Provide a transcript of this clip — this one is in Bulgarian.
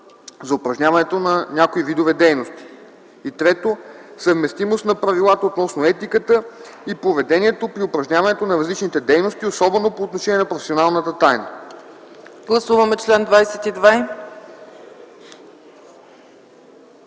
за упражняването на някои видове дейности; 3. съвместимост на правилата относно етиката и поведението при упражняването на различните дейности, особено по отношение на професионалната тайна.”